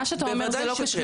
בוודאי שכן.